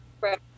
Right